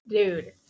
dude